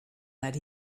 that